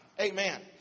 Amen